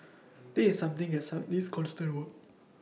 this is something that needs constant work